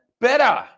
better